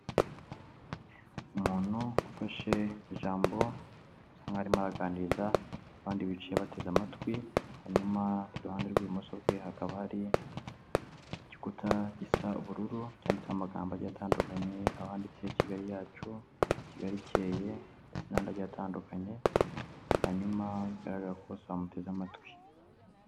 Umuntu ufashe ijambo bisa nk'aho arimo araganiriza abandi bicayeye bateze amatwi, hanyuma iruhande rw'ibumoso bwe hakaba hari igikuta gisa ubururu cyanditseho amagambo agiye atandukanye, aho handitse Kigali yacu, Kigali ikeye ndetse n'andi atandukanye, hanyuma bigaragara ko bose bamuteze amatwi.